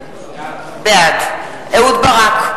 בעד אהוד ברק,